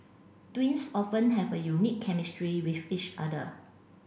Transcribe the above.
twins often have a unique chemistry with each other